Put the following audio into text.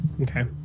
okay